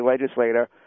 legislator